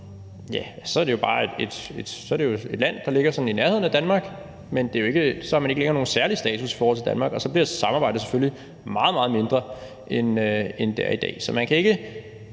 For så er det jo et land, der ligger i nærheden af Danmark, men man har så ikke længere nogen særlig status i forhold til Danmark, og så bliver samarbejdet selvfølgelig meget, meget mindre, end det er i dag. Så man kan ikke